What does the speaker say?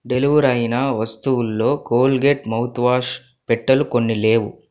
deliver అయిన వస్తువుల్లో Colgate mouthwash పెట్టెలు కొన్ని లేవు